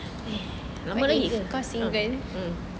lama lagi ke